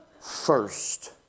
first